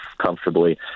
comfortably